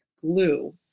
glue